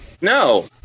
No